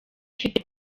ifite